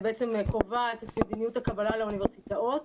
שקובעת את מדיניות הקבלה לאוניברסיטאות.